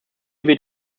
wird